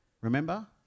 Remember